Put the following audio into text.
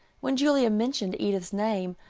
when julia mentioned edith's name,